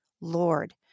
Lord